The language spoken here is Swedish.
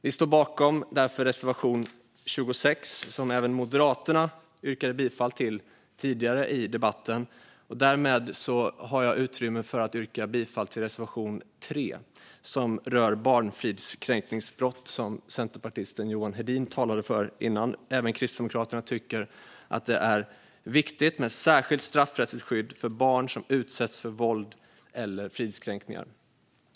Vi står bakom reservation 26. Eftersom Moderaterna har yrkat bifall till denna reservation har jag utrymme att yrka bifall till reservation 3 om barnfridskränkningsbrott, vilken centerpartisten Johan Hedin talade om. Även Kristdemokraterna tycker att det är viktigt med ett särskilt straffrättsligt skydd för barn som utsätts för våld eller fridskränkning.